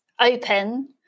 open